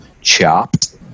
Chopped